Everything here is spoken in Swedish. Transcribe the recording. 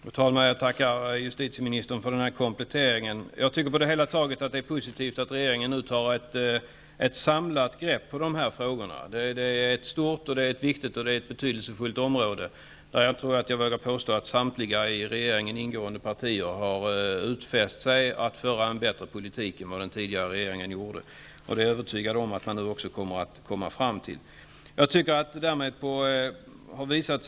Fru talman! Jag tackar justitieministern för kompletteringen av svaret. På det hela taget tycker jag att det är positivt att regeringen nu tar ett samlat grepp om de här frågorna. Det är ett stort, viktigt och betydelsefullt område, där -- det tror jag att jag vågar påstå -- samtliga i regeringen ingående partier har utfäst sig att föra en bättre politik än den tidigare regeringen gjorde. Jag övertygad om att man nu också kommer att komma fram till en sådan.